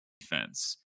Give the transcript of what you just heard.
defense